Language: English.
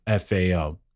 FAO